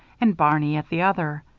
and barney at the other.